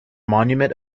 monument